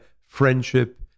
Friendship